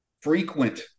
frequent